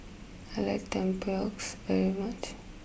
I like Tempoyak very much